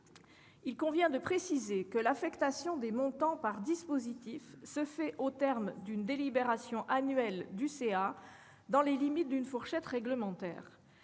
Il convient de préciser que l'affectation des montants par dispositif se fait au terme d'une délibération annuelle du conseil d'administration dans les limites d'une fourchette réglementaire.